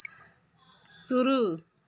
शुरू